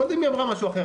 קודם היא אמרה משהו אחר,